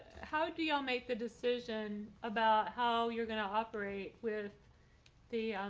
how do y'all make the decision about how you're gonna operate with the,